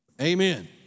Amen